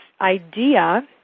idea